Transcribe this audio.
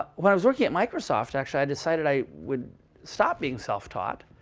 when i was working at microsoft, actually, i decided i would stop being self-taught.